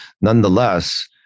nonetheless